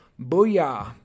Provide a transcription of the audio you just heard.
booyah